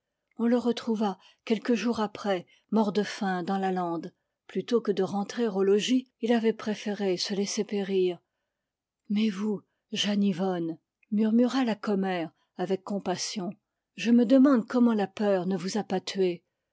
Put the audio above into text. on le retrouva quelques jours après mort de faim dans la lande plutôt que de rentrer au logis il avait préféré se laisser périr mais vous jeanne yvonne murmura la commère avec compassion je me demande comment la peur ne vous a pas tuée